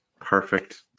Perfect